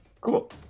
Cool